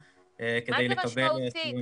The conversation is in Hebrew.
כדי לקבל יותר --- מה זה משמעותית,